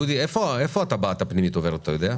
דודי, איפה הטבעת הפנימית עוברת, אתה יודע?